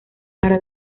para